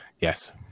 Yes